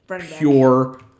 pure